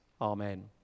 Amen